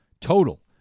total